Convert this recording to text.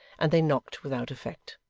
and they knocked without effect.